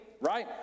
Right